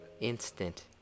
Instant